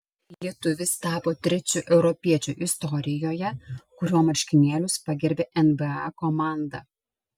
lietuvis tapo trečiu europiečiu istorijoje kurio marškinėlius pagerbė nba komanda